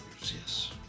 yes